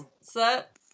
set